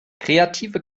kreative